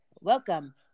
welcome